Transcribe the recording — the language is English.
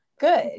Good